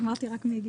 אמרתי רק מי הגיש.